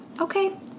Okay